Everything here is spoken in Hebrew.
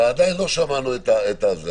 אבל עדיין לא שמענו את זה.